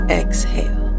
exhale